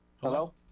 Hello